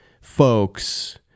folks